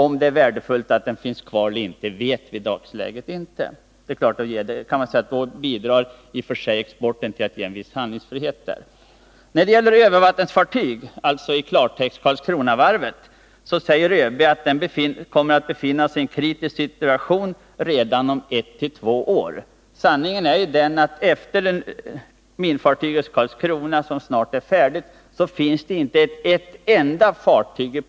Om det sedan är värdefullt att kompetensen bevaras eller inte, vet vi inte i dagsläget, men naturligtvis bidrar tillverkningen på export till att vi behåller en viss handlingsfrihet på det här området. När det gäller tillverkningen av övervattensfartyg — alltså, i klartext, Karlskronavarvet — säger ÖB att denna kommer att befinna sig i en kritisk situation redan om ett eller två år. Sanningen är ju att man inte har en enda beställning på fartyg i plåt att arbeta med efter det att minfartyget Karlskrona nu snart är färdigt.